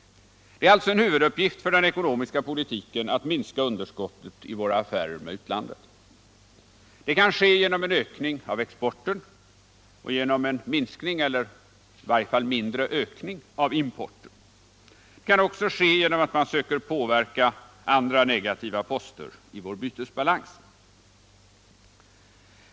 Det är alltså en huvuduppgift för den ekonomiska politiken att minska underskottet i våra affärer med utlandet. Det kan ske genom en ökning av exporten och en minskning -—eller i varje fall en mindre ökning —- av importen. Det kan också ske genom att man söker påverka andra negativa poster i vår bytesbalans.